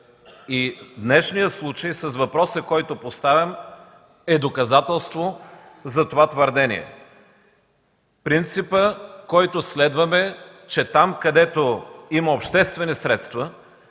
Днешният случай с въпроса, който поставям, е доказателство за това твърдение. Принципът, който следваме, е, че там, където има обществени средства,